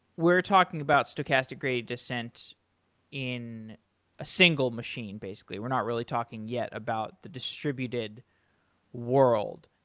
we're talking about stochastic great descent in a single machine basically. we're not really talking yet about the distributed world.